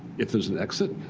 if there's an exit.